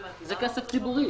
זה כסף ציבורי.